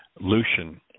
Lucian